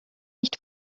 nicht